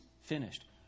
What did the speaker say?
finished